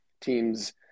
teams